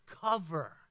cover